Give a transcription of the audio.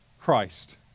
Christ